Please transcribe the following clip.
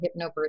hypnobirthing